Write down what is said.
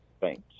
Thanks